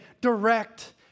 direct